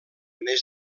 més